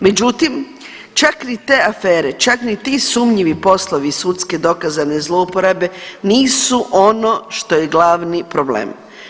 Međutim, čak ni te afere, čak ni ti sumnjivi poslovi sudske dokazane zlouporabe nisu ono što je glavni problem.